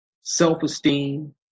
self-esteem